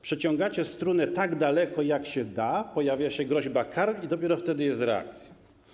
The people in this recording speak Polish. Przeciągacie strunę tak daleko, jak się da, pojawia się groźba kar i dopiero wtedy jest reakcja.